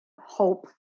hope